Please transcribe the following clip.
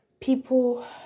people